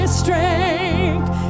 strength